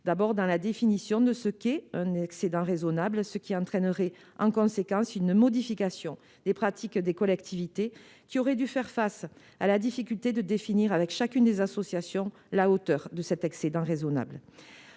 d'abord dans la définition de ce qu'est un excédent raisonnable, car cela aurait entraîné, en conséquence, une modification des pratiques des collectivités, qui auraient dû faire face à la difficulté de définir avec chacune des associations la hauteur de cet excédent raisonnable.